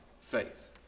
faith